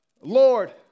Lord